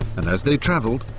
and as they travelled,